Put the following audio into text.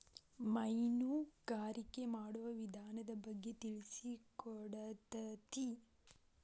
ಮೇನುಗಾರಿಕೆ ಮಾಡುವ ವಿಧಾನದ ಬಗ್ಗೆ ತಿಳಿಸಿಕೊಡತತಿ